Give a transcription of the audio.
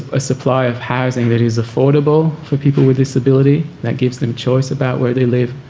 a supply of housing that is affordable for people with disability that gives them choice about where they live,